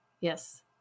Yes